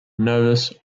nervous